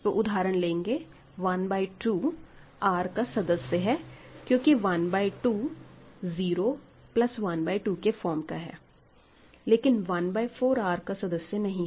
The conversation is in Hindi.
तो उदाहरण लेंगे 1 बाय 2 R का सदस्य है क्योंकि 1 by 2 zero plus 1 by 2 form का है लेकिन 1 बाय 4 R का सदस्य नहीं है